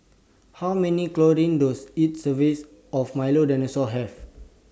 How Many Does IT serves of Milo Dinosaur Have